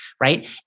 right